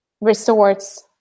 resorts